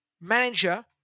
manager